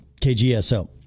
KGSO